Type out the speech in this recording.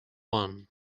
one